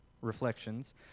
reflections